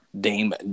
Dame